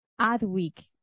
Adweek